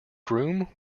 groom